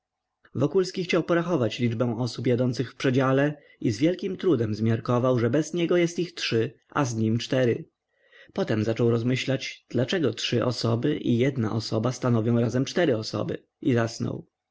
wokulski chciał porachować liczbę osób jadących w przedziale i z wielkim trudem zmiarkował że bez niego jest ich trzy a z nim cztery potem zaczął rozmyślać dlaczego trzy osoby i jedna osoba stanowią razem cztery osoby i zasnął